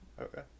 Okay